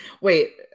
Wait